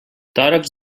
tòrax